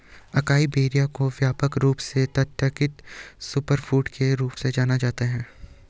acai berries को व्यापक रूप से तथाकथित सुपरफूड के रूप में जाना जाता है